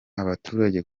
abaturage